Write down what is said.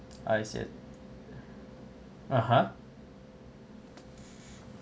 I said (uh huh)